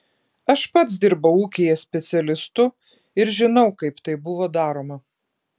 aš pats dirbau ūkyje specialistu ir žinau kaip tai buvo daroma